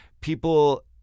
people